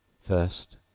First